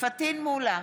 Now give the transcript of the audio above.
פטין מולא,